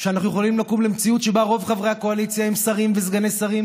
שאנחנו יכולים לקום למציאות שבה רוב חברי הקואליציה הם שרים וסגני שרים,